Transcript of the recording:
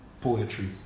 poetry